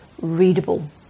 readable